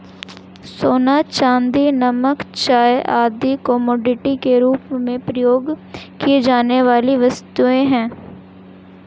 सोना, चांदी, नमक, चाय आदि कमोडिटी के रूप में प्रयोग की जाने वाली वस्तुएँ हैं